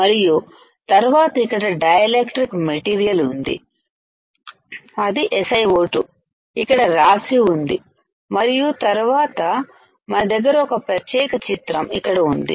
మరియు తరువాత ఇక్కడ డై ఎలక్ట్రిక్ మెటీరియల్ ఉంది అదిSiO2ఇక్కడ రాసి ఉంది మరియు తరువాత మన దగ్గర ఒక ప్రత్యేక చిత్రం ఇక్కడ ఉంది